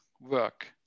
work